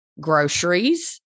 Groceries